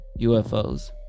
UFOs